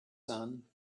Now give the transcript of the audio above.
son